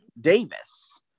Davis